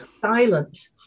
Silence